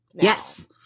yes